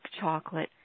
chocolate